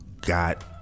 got